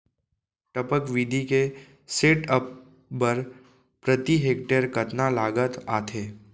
टपक विधि के सेटअप बर प्रति हेक्टेयर कतना लागत आथे?